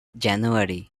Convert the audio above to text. january